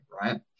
right